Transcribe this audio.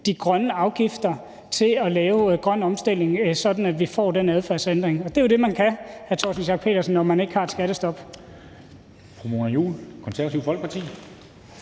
de grønne afgifter til at lave grøn omstilling, sådan at vi får den adfærdsændring. Det er jo det, man kan, hr. Torsten